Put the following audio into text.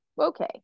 okay